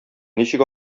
ничек